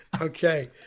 Okay